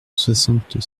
soixante